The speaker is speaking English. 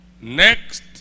next